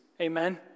Amen